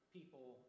people